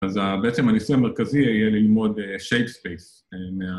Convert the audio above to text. ‫אז בעצם הניסיון המרכזי ‫היה ללמוד שייק ספייס.